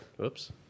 Oops